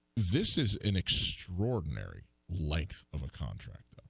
this is an extraordinary length of contract